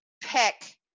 pick